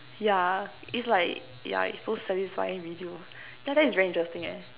yeah is like ya it's those satisfying video that's very interesting eh